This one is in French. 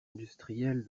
industriel